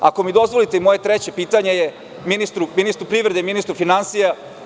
Ako mi dozvolite, moje treće pitanje je za ministra privrede i ministra finansija.